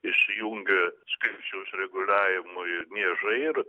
išsijungia skaičiaus reguliavimui niežai ir